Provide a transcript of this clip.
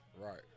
Right